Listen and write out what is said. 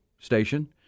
station